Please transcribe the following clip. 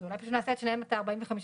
אז אולי פשוט נעשה את שניהם 45 ימים.